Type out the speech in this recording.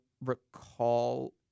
recall